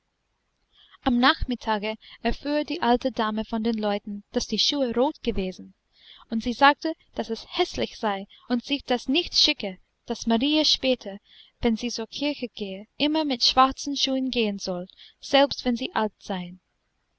am nachmittage erfuhr die alte dame von den leuten daß die schuhe rot gewesen und sie sagte daß es häßlich sei und sich das nicht schicke daß marie später wenn sie zur kirche gehe immer mit schwarzen schuhen gehen solle selbst wenn sie alt seien